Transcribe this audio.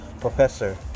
professor